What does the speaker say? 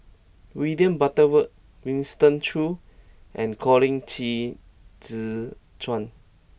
William Butterworth Winston Choos and Colin Qi Zhe Quan